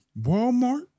Walmart